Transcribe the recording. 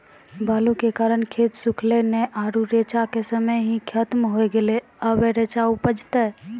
बालू के कारण खेत सुखले नेय आरु रेचा के समय ही खत्म होय गेलै, अबे रेचा उपजते?